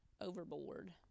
overboard